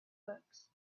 books